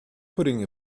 putting